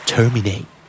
Terminate